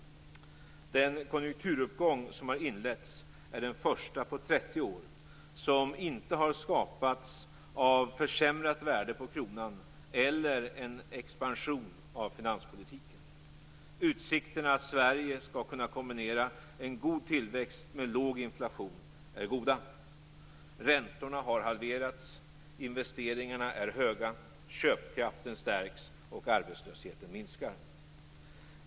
Den konjunkturuppgång som har inletts är den första på 30 år som inte har skapats av ett försämrat värde på kronan eller en expansion av finanspolitiken. Utsikterna att i Sverige kunna kombinera en god tillväxt med låg inflation är goda. Räntorna har halverats. Investeringarna är höga. Köpkraften stärks. Arbetslösheten minskar.